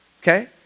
Okay